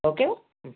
ஓகேவா ம்